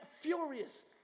furious